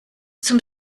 zum